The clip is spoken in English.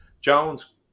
Jones